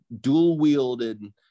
dual-wielded